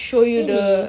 really